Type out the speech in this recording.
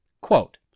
Quote